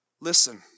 Listen